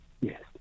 Yes